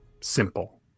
simple